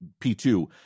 P2